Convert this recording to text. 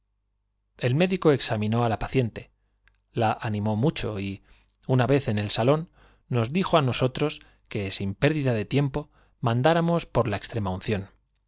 el médico examinó á la paciente la animó mucho y una vez en el salón nos dijo ánosotros que sin pérdida de tiempo mandá ramos por la extremaunción